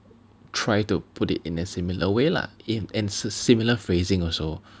try to put it in a similar way lah in and si~ similar phrasing also